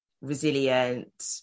resilient